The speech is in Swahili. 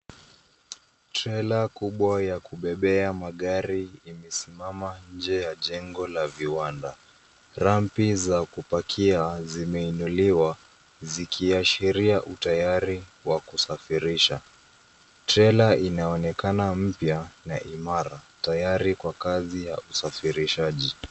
Trela kubwa ya kubebea ya magari imesimama nje ya jengo la viwanda. Rampi za kupakia zimeinuliwa zikiashiria utayari wa kusafirisha. Trela inaonekana mpya na imara, tayari kwa kazi ya usafirishaji.